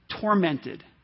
Tormented